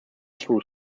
through